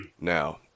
Now